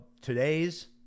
today's